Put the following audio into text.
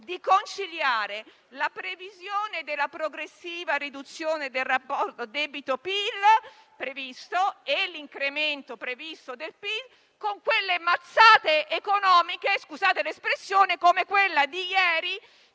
di conciliare la previsione della progressiva riduzione del rapporto debito-PIL e l'incremento del PIL con quelle mazzate economiche - scusate l'espressione - stabilite ieri,